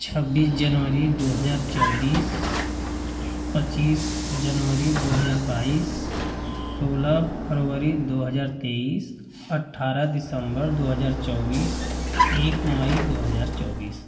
छब्बीस जनवरी दो हज़ार चौबीस पच्चीस जनवरी दो हज़ार बाईस सोलह फरवरी दो हज़ार तेईस अठारह दिसम्बर दो हज़ार चौबीस एक मई दो हज़ार चौबीस